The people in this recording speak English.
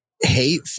hate